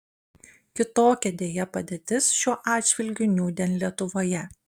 kitokia deja padėtis šiuo atžvilgiu nūdien lietuvoje